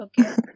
okay